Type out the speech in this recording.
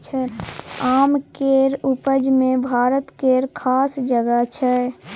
आम केर उपज मे भारत केर खास जगह छै